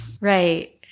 Right